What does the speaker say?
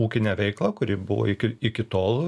ūkinę veiklą kuri buvo iki tol